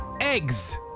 Eggs